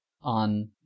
on